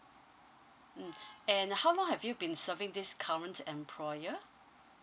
mm and how long have you been serving this current employer